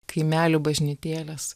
kaimelių bažnytėles